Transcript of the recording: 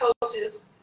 coaches